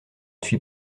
suis